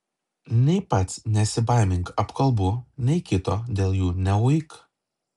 nei pats nesibaimink apkalbų nei kito dėl jų neuik